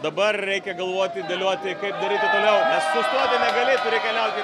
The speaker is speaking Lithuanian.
dabar reikia galvoti dėlioti kaip daryti toliau nes sustoti negali turi keliauti